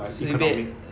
随便